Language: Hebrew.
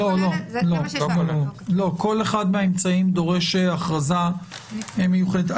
לא, כל אחד מהאמצעים דורש הכרזה מיוחדת.